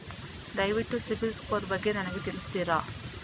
ದಯವಿಟ್ಟು ಸಿಬಿಲ್ ಸ್ಕೋರ್ ಬಗ್ಗೆ ನನಗೆ ತಿಳಿಸ್ತಿರಾ?